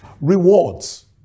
Rewards